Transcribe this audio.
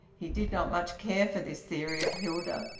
he did not much care for this theory of hilda,